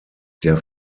der